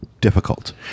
difficult